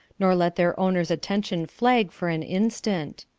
nor let their owners' attention flag for an instant.